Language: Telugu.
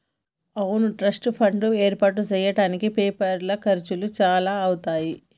అవును ట్రస్ట్ ఫండ్ ఏర్పాటు చేయడానికి పేపర్ ఖర్చులు చాలా అవుతాయి